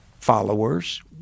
Followers